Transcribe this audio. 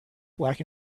black